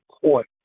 Court